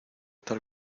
tal